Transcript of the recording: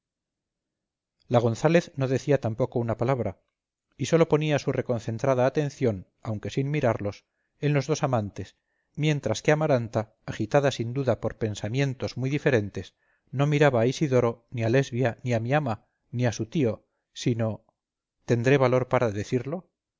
la gonzález no decía tampoco una palabra y sólo ponía su reconcentrada atención aunque sin mirarlos en los dos amantes mientras que amaranta agitada sin duda por pensamientos muy diferentes no miraba a isidoro ni a lesbia ni a mi ama ni a su tío sino tendré valor para decirlo